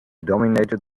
dominated